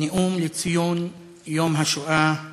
נאום לציון יום השואה הבין-לאומי.